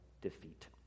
defeat